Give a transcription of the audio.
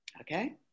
Okay